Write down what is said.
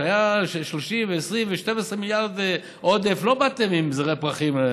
כשהיו 30 ו-20 ו-12מיליארד עודף לא באתם עם זרי פרחים.